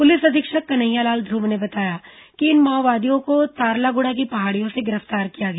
police अधीक्षक कन्हैयालाल ध्रव ने बताया कि इन माओवादियों को तारलागुड़ा की पहाड़ियों से गिरफ्तार किया गया